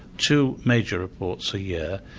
two major reports a year,